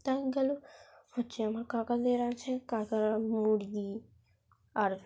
তা এই গেল হচ্ছে আমার কাকাদের আছে কাকারা মুরগি আর